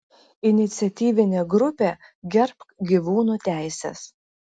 iniciatyvinė grupė gerbk gyvūnų teises